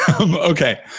okay